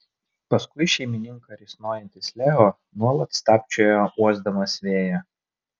paskui šeimininką risnojantis leo nuolat stabčiojo uosdamas vėją